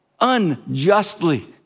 unjustly